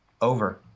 Over